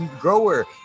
Grower